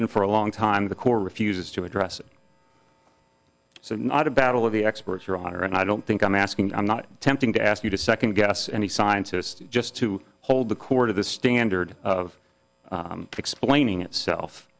been for a long time the core refuses to address it so not a battle of the experts your honor and i don't think i'm asking i'm not attempting to ask you to second guess any scientist just to hold the court of the standard of explaining itself